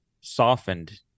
softened